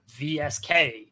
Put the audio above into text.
VSK